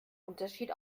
unterschied